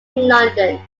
london